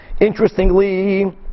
interestingly